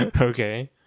Okay